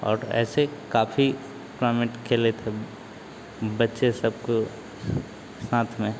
और ऐसे काफ़ी टूर्नामेन्ट खेले थे बच्चे सबके साथ में